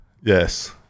Yes